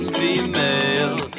female